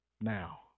now